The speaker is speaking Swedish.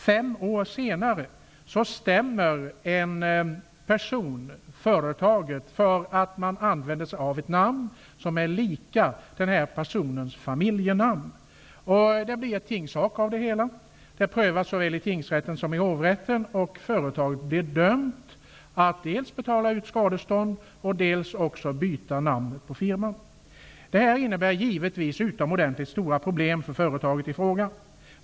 Fem år senare stämmer en person företaget för att det använder ett namn som är lika denna persons familjenamn. Det blir tingssak, och målet prövas såväl i tingsrätten som i hovrätten. Företaget blir dömt att dels betala skadestånd, dels byta namnet på firman. Detta medför givetvis utomordentligt stora problem för företaget i fråga.